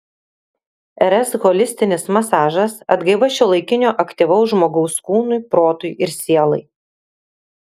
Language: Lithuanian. rs holistinis masažas atgaiva šiuolaikinio aktyvaus žmogaus kūnui protui ir sielai